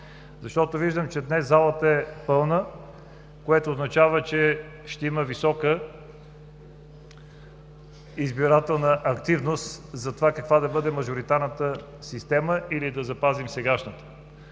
защото виждам, че днес залата е пълна, което означава, че ще има висока избирателна активност за това каква да бъде – мажоритарна система или да запазим сегашната.